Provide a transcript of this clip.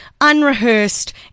unrehearsed